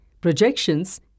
projections